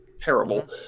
terrible